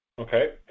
Okay